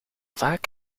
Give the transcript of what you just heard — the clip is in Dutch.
vaak